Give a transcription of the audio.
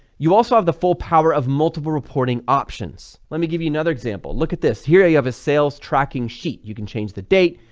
you also have the full power of multiple reporting options. let me give you another example, look at this here, you have a sales tracking sheet, you can change the date,